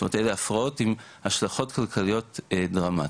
זאת אומרת אלה הפרעות עם השלכות כלכליות דרמטיות.